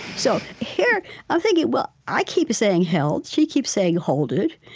so, here i'm thinking, well, i keep saying held, she keeps saying holded.